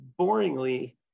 boringly